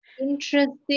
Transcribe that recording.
Interesting